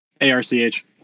A-R-C-H